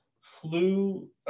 flu